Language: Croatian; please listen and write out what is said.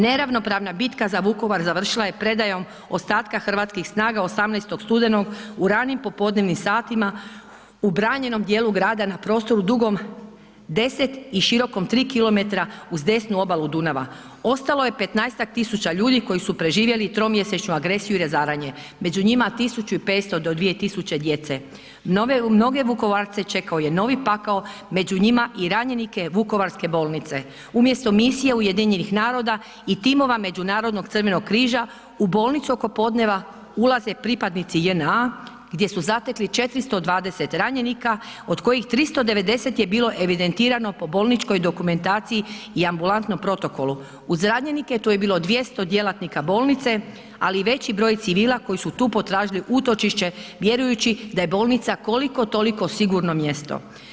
Neravnopravna bitka za Vukovar završila je predajom ostatka hrvatskih snaga 18. studenog u ranim popodnevnim satima u branjenom dijelu grada na prostoru dugom 10 i širokom 3 kilometra uz desnu obalu Dunava, ostalo je 15-tak tisuća ljudi koji su preživjeli tromjesečnu agresiju i razaranje, među njima 1500 do 2000 djece, mnoge Vukovarce čekao je novi pakao, među njima i ranjenike vukovarske bolnice, umjesto misije UN-a i timova Međunarodnog crvenog križa u bolnicu oko podneva ulaze pripadnici JNA gdje su zatekli 420 ranjenika, od kojih 390 je bilo evidentirano po bolničkoj dokumentaciji i ambulantnom protokolu, uz ranjenike tu je bilo 200 djelatnika bolnice, ali i veći broj civila koji su tu potražili utočište vjerujući da je bolnica koliko toliko sigurno mjesto.